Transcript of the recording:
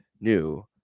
new